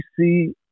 see